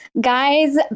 Guys